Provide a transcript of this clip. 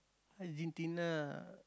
Argentina